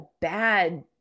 bad